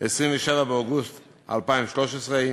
27 באוגוסט 2013,